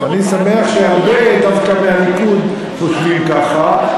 אני שמח שדווקא הרבה מהליכוד חושבים ככה.